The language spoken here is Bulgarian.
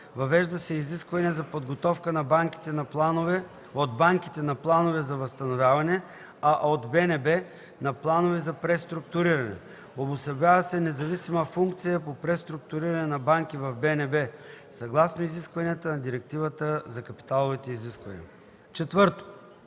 Въвежда се изискване за подготовка от банките на планове за възстановяване, а от БНБ – на планове за преструктуриране. Обособява се независима функция по преструктуриране на банки в БНБ съгласно изискванията на Директивата за капиталовите изисквания. 4.